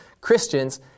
Christians